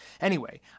Anyway